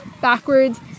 backwards